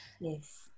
yes